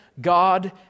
God